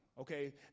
Okay